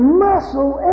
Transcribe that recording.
muscle